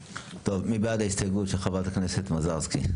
מי בעד ההסתייגות של חברת הכנסת מזרסקי?